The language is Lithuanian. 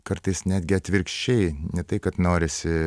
kartais netgi atvirkščiai ne tai kad norisi